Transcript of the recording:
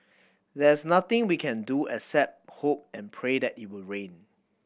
there's nothing we can do except hope and pray that it will rain